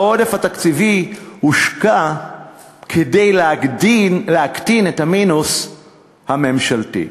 העודף התקציבי הושקע כדי להקטין את המינוס הממשלתי.